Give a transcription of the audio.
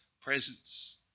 presence